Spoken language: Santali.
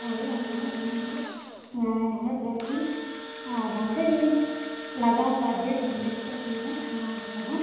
ᱦᱳᱭ ᱟᱫᱚ ᱚᱱᱟᱜᱮ ᱦᱮᱡ ᱞᱮᱱᱵᱤᱱ ᱨᱟᱱ ᱫᱚ ᱮᱱᱢᱤ ᱫᱚᱞᱮ ᱞᱟᱜᱟᱣ ᱟᱠᱟᱫᱮᱭᱟ ᱵᱮᱱᱰᱮᱡ ᱟᱠᱟᱫ ᱛᱟᱭᱟᱞᱮ ᱛᱷᱟᱢᱟᱣ ᱞᱮᱠᱟᱫᱚ